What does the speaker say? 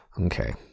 okay